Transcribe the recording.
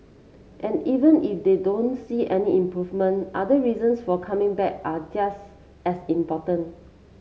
and even if they don't see any improvement other reasons for coming back are just as important